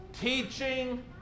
teaching